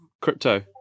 crypto